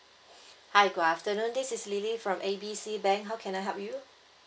hi good afternoon this is lily from A B C bank how can I help you